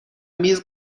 میز